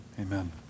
Amen